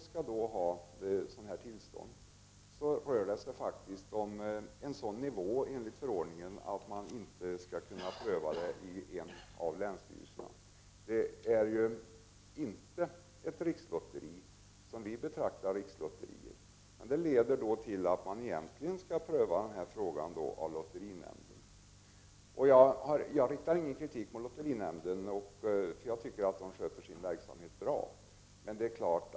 Skall de ha tillstånd för ett gemensamt lotteri rör det sig enligt förordningen om en sådan nivå att det inte kan prövas i en länsstyrelse. Det är dock inte ett rikslotteri, enligt vad vi menar med rikslotterier. Det leder till att man egentligen skall pröva frågan i lotterinämnden. Jag riktar ingen kritik mot lotterinämnden. Jag tycker att den sköter sin verksamhet bra.